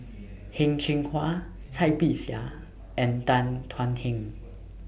Heng Cheng Hwa Cai Bixia and Tan Thuan Heng